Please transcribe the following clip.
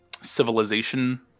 civilization